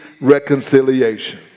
reconciliation